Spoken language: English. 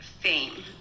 fame